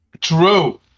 true